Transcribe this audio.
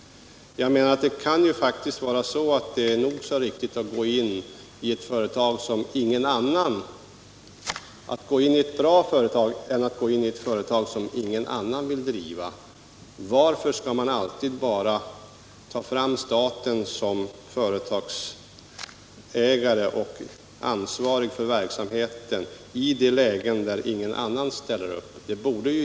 Det kan vara lika riktigt att gå in i ett bra företag som att gå in i ett företag som ingen annan vill driva. Varför skall man alitid låta staten vara företagsägare och ansvarig bara i de situationer då ingen annan ställer upp?